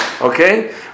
okay